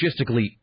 logistically